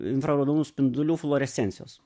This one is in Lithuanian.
infraraudonų spindulių fluorescencijos